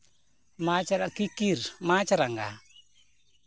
ᱢᱟᱪᱷ ᱨᱟᱸᱜᱟ ᱠᱤᱠᱚᱨ ᱢᱟᱪᱷᱨᱟᱸᱜᱟ